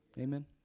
Amen